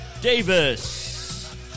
Davis